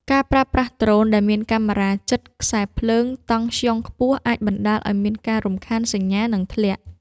ការប្រើប្រាស់ដ្រូនដែលមានកាមេរ៉ាជិតខ្សែភ្លើងតង់ស្យុងខ្ពស់ អាចបណ្ដាលឱ្យមានការរំខានសញ្ញា និងធ្លាក់។